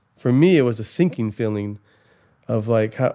for me, it was a sinking feeling of like,